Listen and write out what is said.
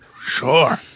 sure